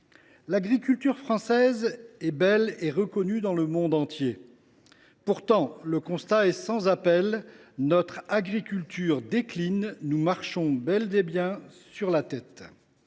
L’agriculture française est belle, et bénéficie d’une reconnaissance dans le monde entier. Pourtant, le constat est sans appel : notre agriculture décline. Nous marchons bel et bien sur la tête.